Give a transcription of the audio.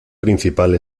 principal